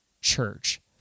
church